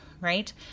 right